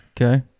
Okay